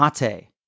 mate